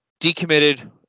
decommitted